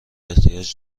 احتیاج